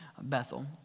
Bethel